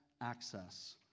access